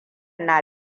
na